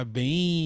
bem